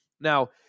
Now